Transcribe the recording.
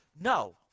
No